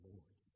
Lord